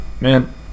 man